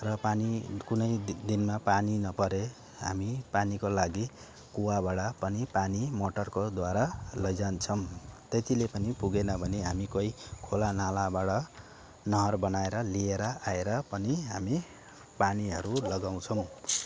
र पानी कुनै दिनमा पानी नपरे हामी पानीको लागि कुवाबाट पनि पानी मोटरको द्वारा लैजान्छौँ त्यतिले पनि पुगेन भने हामी कोही खोला नालाबाट नहर बनाएर लिएर आएर पनि हामी पानीहरू लगाउँछौँ